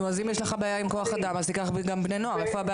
אם יש לך בעיה של כוח אדם אז תיקח גם בני נוער.